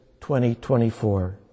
2024